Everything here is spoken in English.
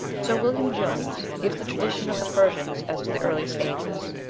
sir william jones gives the tradition of the persians as to the earliest ages.